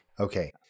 Okay